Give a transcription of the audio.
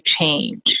change